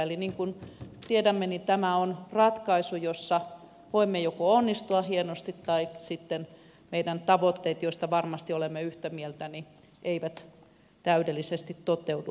eli niin kuin tiedämme niin tämä on ratkaisu jossa voimme joko onnistua hienosti tai sitten meidän tavoitteemme joista varmasti olemme yhtä mieltä eivät täydellisesti toteudu